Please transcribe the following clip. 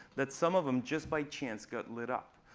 that some of them, just by chance, got lit up.